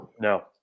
No